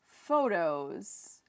photos